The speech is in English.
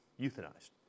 euthanized